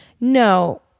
No